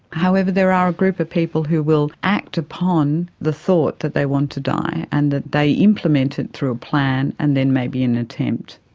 however, there are a group of people who will act upon the thought that they want to die and that they implement it through a plan and then maybe an attempt.